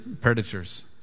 predators